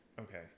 Okay